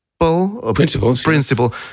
Principle